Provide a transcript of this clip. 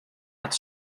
hat